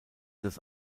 das